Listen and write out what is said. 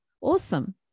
awesome